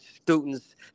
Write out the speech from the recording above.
students